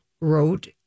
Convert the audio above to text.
wrote